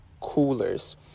coolers